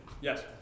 Yes